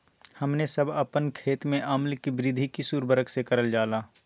हमने सब अपन खेत में अम्ल कि वृद्धि किस उर्वरक से करलजाला?